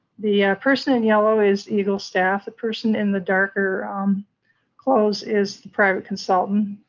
the person in yellow is egle staff. the person in the darker clothes is the private consultant.